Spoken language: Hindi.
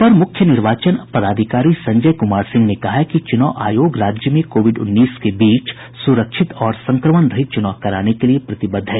अपर मुख्य निर्वाचन पदाधिकारी संजय कुमार सिंह ने कहा है कि चुनाव आयोग राज्य में कोविड उन्नीस के बीच सुरक्षित और संक्रमण रहित चुनाव कराने के लिये प्रतिबद्ध है